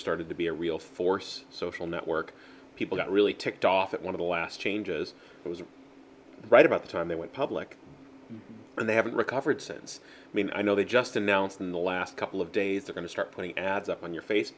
started to be a real force social network people got really ticked off that one of the last changes was right about the time they went public and they haven't recovered since i mean i know they just announced in the last couple of days we're going to start putting ads up on your face